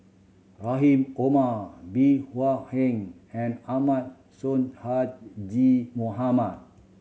Rahim Omar Bey Hua Heng and Ahmad Sonhadji Mohamad